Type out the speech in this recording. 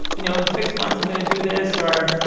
you know, in six months, i'm going to do this. or,